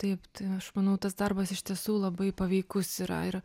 taip tai aš manau tas darbas iš tiesų labai paveikus yra ir